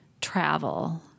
travel